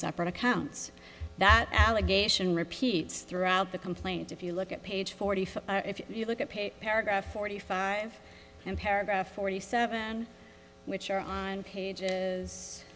separate accounts that allegation repeats throughout the complaint if you look at page forty five if you look at page paragraph forty five and paragraph forty seven which are on pages